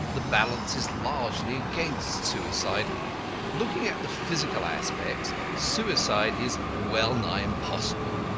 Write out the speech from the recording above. the balance is largely against suicide looking at the physical aspects, suicide is well-nigh impossible.